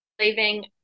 leaving